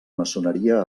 maçoneria